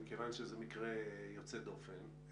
שמכיוון שזה מקרה יוצא דופן,